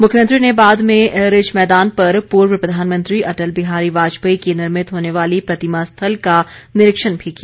मुख्यमंत्री ने बाद में रिज मैदान पर पूर्व प्रधानमंत्री अटल बिहारी वाजपेयी की निर्मित होने वाली प्रतिमा स्थल का निरीक्षण भी किया